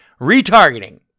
Retargeting